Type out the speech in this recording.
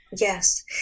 yes